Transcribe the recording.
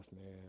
man